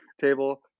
table